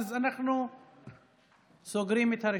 אנחנו סוגרים את הרשימה.